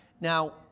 Now